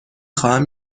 خواهم